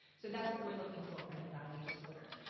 so that's what we're looking for for anxiety disorder.